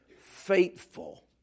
faithful